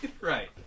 Right